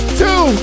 two